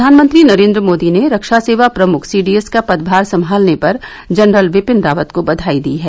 प्रधानमंत्री नरेंद्र मोदी ने रक्षा सेवा प्रमुख सीडीएस का पदभार संभालने पर जनरल बिपिन रावत को बधाई दी है